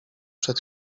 przed